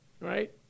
Right